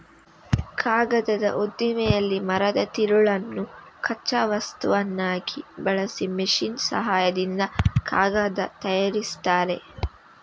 ಕಾಗದದ ಉದ್ದಿಮೆಯಲ್ಲಿ ಮರದ ತಿರುಳನ್ನು ಕಚ್ಚಾ ವಸ್ತುವನ್ನಾಗಿ ಬಳಸಿ ಮೆಷಿನ್ ಸಹಾಯದಿಂದ ಕಾಗದ ತಯಾರಿಸ್ತಾರೆ